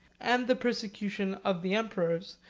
and the persecution of the emperors,